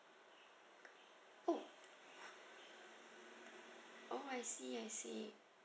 oh oh I see I see